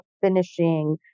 finishing